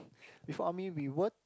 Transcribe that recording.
before army we were